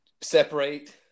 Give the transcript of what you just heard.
separate